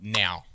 now